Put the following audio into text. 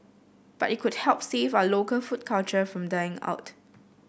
but it could help save our local food culture from dying out